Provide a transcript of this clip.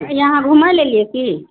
यहाँ घूमय लऽ एलिऐ की